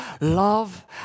love